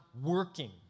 working